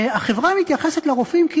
שהחברה מתייחסת לרופאים,